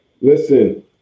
listen